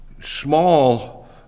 small